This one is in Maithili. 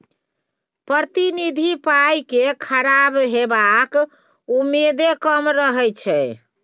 प्रतिनिधि पाइ केँ खराब हेबाक उम्मेद कम रहै छै